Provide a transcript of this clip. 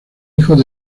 hijos